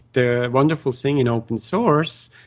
the wonderful thing in open-source,